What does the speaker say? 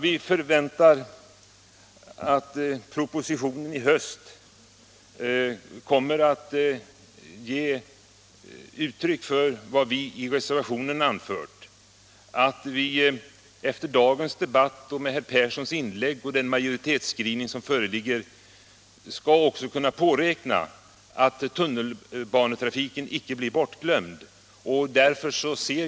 Vi förväntar att propositionen i höst kommer att ge uttryck för vad vi har anfört i reservationen, dvs. att vi efter dagens debatt och herr Perssons inlägg och den majoritetskrivning som föreligger skall kunna påräkna att pendeltågstrafiken inte blir bortglömd.